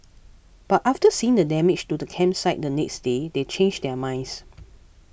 but after seeing the damage to the campsite the next day they changed their minds